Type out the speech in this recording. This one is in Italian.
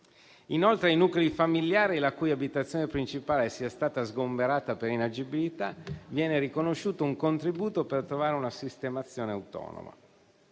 Inoltre, ai nuclei familiari la cui abitazione principale sia stata sgomberata per inagibilità, viene riconosciuto un contributo per trovare una sistemazione autonoma.